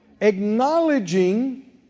Acknowledging